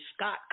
Scott